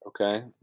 Okay